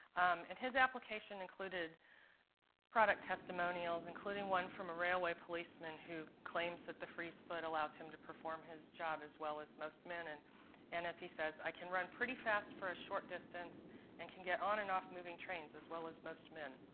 and his application included product testimonials, including one from a railway policeman who claims that the frees foot allows him to perform his job as well as most men. and and as he says, i can run pretty fast for a short distance and can get on and off moving trains as well as most men.